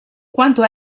quanto